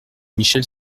michel